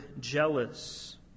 jealous